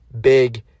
Big